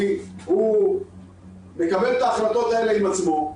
כי הוא מקבל את ההחלטות האלה עם עצמו,